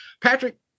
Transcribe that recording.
Patrick